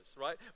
right